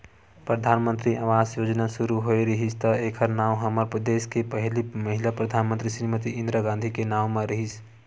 परधानमंतरी आवास योजना सुरू होए रिहिस त एखर नांव हमर देस के पहिली महिला परधानमंतरी श्रीमती इंदिरा गांधी के नांव म रिहिस